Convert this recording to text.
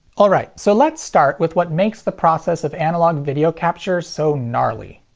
alright, so let's start with what makes the process of analog video capture so gnarly.